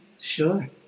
Sure